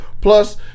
Plus